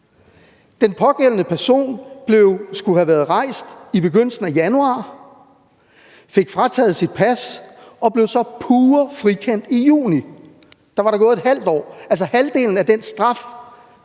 Den pågældende person skulle være rejst i begyndelsen af januar, men fik frataget sit pas og blev så pure frikendt i juni. Der var der gået ½ år. Altså, halvdelen af den straf,